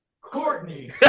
Courtney